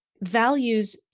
values